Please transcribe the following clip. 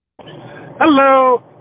Hello